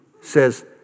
Says